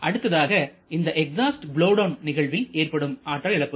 அடுத்ததாக இந்த exhaust blow down நிகழ்வில் ஏற்படும் ஆற்றல் இழப்புகள்